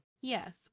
Yes